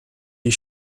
die